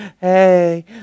Hey